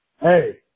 Hey